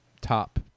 top